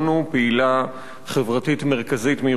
פעילה חברתית מרכזית מירושלים.